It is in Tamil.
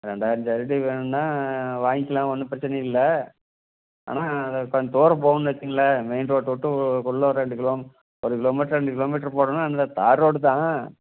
ரெண்டாயிரம் சதுரடி வேணுன்னா வாங்கிலாம் ஒன்றும் பிரச்சனை இல்லை ஆனால் கொஞ்சம் தூரம் போகணுன்னு வச்சிங்களேன் மெயின் ரோட்ட விட்டு குள்ள ஒரு ரெண்டு கிலோ ஒரு கிலோ மீட்டரு ரெண்டு கிலோ மீட்டரு போகிறதுன்னா இந்த தார் ரோடு தான்